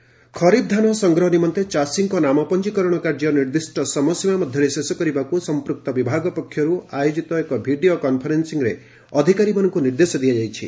ଚାଷୀ ପଞ୍ଞକରଣ ଖରିଫ୍ ଧାନ ସଂଗ୍ରହ ନିମନ୍ତେ ଚାଷୀଙ୍କ ନାମ ପଞ୍ଞିକରଣ କାର୍ଯ୍ୟ ନିର୍ଦ୍ଦିଷ୍ ସମୟସୀମା ମଧ୍ଘରେ ଶେଷ କରିବାକୁ ସଂପୂକ୍ତ ବିଭାଗ ପକ୍ଷରୁ ଆୟୋକିତ ଏକ ଭିଡ଼ିଓ କନ୍ଫରେନ୍ପିଂରେ ଅଧିକାରୀମାନଙ୍କୁ ନିର୍ଦ୍ଦେଶ ଦିଆଯାଇଛି